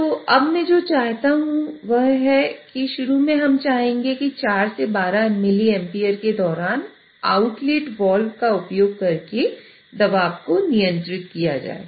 तो अब मैं जो चाहता हूं वह है शुरू में हम चाहेंगे कि 4 से 12 मिलीएम्पीयरके दौरान आउटलेट वाल्व का उपयोग करके दबाव को नियंत्रित किया जाए